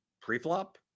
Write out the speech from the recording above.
pre-flop